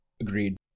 Agreed